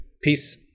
Peace